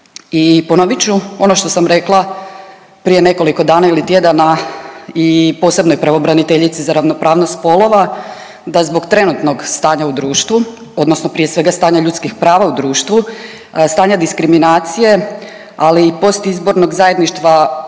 I ponovit ću ono što sam rekla prije nekoliko dana ili tjedana i posebnoj pravobraniteljici za ravnopravnost spolova da zbog trenutnog stanja u društvu odnosno prije svega stanja ljudskih prava u društvu, stanja diskriminacije ali i postizbornog zajedništva one